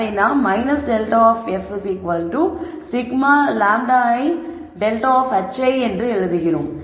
அதை நாம் ∇ f σ λi ∇ of hi என்று எழுதுகிறோம்